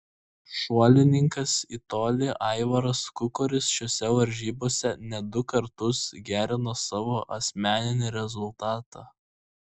šuolininkas į tolį aivaras kukoris šiose varžybose net du kartus gerino savo asmeninį rezultatą